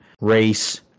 race